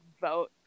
vote